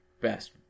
best